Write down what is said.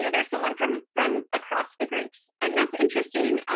so there's someone from from across the groups. and that's interesting.